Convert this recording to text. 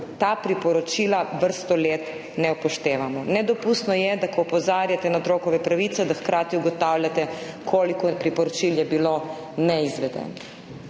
teh priporočil vrsto let ne upoštevamo. Nedopustno je, da ko opozarjate na otrokove pravice, hkrati ugotavljate, koliko priporočil je bilo neizvedenih.